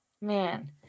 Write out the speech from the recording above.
man